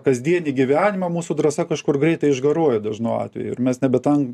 kasdienį gyvenimą mūsų drąsa kažkur greitai išgaruoja dažnu atveju ir mes nebetenk